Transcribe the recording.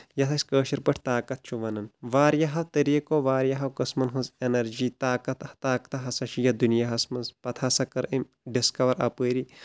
یتھ أسۍ کٲشر پٲٹھۍ طاقت چھِ وَنان واریاہو طٔریقو واریاہو قٕسمن ہٕنٛز ایٚنرجی طاقت طاقتہ ہسا چھ یتھ دُنیاہس منٛز پتہٕ ہسا کٔر أمۍ ڈسکور اپٲری